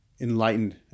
enlightened